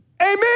amen